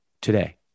today